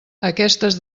aquestes